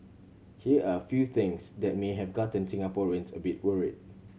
here are a few things that may have gotten Singaporeans a bit worried